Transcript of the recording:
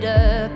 up